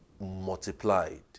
multiplied